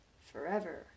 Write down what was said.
Forever